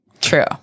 True